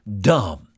dumb